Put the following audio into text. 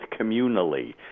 communally